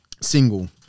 single